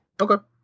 Okay